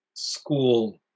school